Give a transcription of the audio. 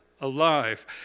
alive